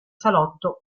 salotto